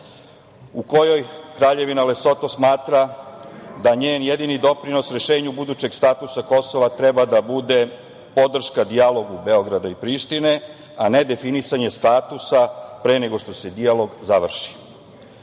u kojoj Kraljevina Lesoto smatra da njen jedini doprinos rešenju budućeg statusa Kosova treba da bude podrška dijalogu Beograda i Prištine, a ne definisanje statusa pre nego što se dijalog završi.